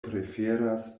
preferas